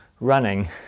running